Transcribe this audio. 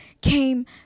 came